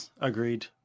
Agreed